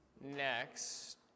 next